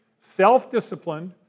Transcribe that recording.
self-disciplined